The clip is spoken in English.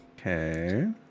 Okay